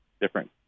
different